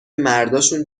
مرداشون